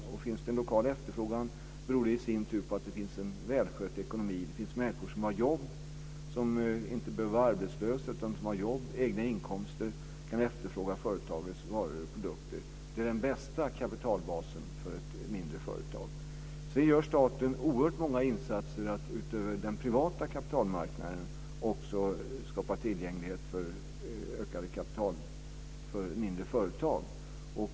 Om det finns en lokal efterfrågan beror i sin tur på om det finns en välskött ekonomi och om det finns människor som inte behöver vara arbetslösa utan har jobb, egna inkomster och kan efterfråga företagens varor och produkter. Det är den bästa kapitalbasen för ett mindre företag. Sedan gör staten oerhört många insatser för att, utöver på den privata kapitalmarknaden, skapa tillgänglighet till ökat kapital för mindre företag.